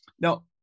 Now